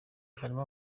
harimo